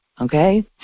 Okay